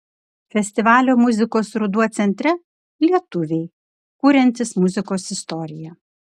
festivalio muzikos ruduo centre lietuviai kuriantys muzikos istoriją